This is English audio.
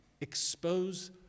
expose